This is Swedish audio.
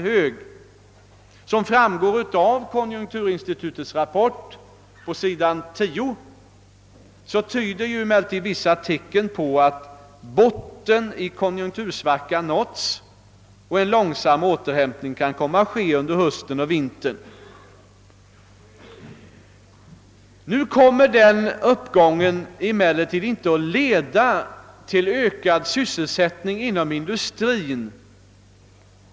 Såsom framgår av konjunkturinstitutets rapport, s. 10, tyder emellertid vissa tecken på att botten i konjunktursvackan har nåtts och att en långsam återhämtning kan komma att ske under hösten och vintern. Den uppgången kommer emellertid inte omedelbart att leda till ökad sysselsättning inom industrin.